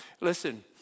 Listen